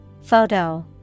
Photo